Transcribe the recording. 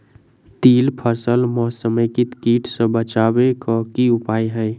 तिल फसल म समेकित कीट सँ बचाबै केँ की उपाय हय?